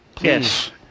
Yes